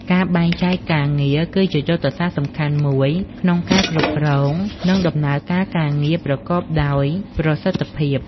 ការបែងចែកការងារ គឺជាយុទ្ធសាស្ត្រសំខាន់មួយក្នុងការគ្រប់គ្រង និងដំណើរការការងារប្រកបដោយប្រសិទ្ធភាព។